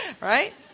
Right